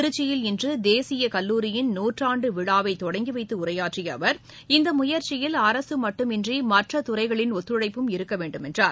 திருச்சியில் இன்று தேசிய கல்லூரியின் நூற்றாண்டு விழாவை தொடங்கிவைத்து உரையாற்றிய அவர் இந்த முயற்சியில் அரசு மட்டுமின்றி மற்றத் துறைகளின் ஒத்துழைப்பும் இருக்க வேண்டும் என்றார்